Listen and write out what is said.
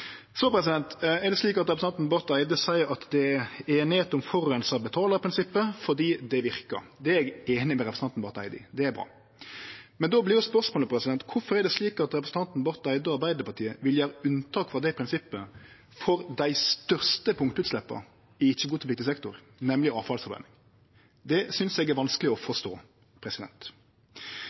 Representanten Barth Eide seier at det er einigheit om forureinaren betaler-prinsippet fordi det verkar. Det er eg einig med representanten Barth Eide i. Det er bra. Men då vert spørsmålet: Kvifor er det slik at representanten Barth Eide og Arbeidarpartiet vil gjere unntak frå det prinsippet for dei største punktutsleppa i ikkje-kvotepliktig sektor, nemleg avfallsforbrenning? Det synest eg er vanskeleg å forstå.